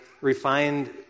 refined